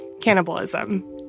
cannibalism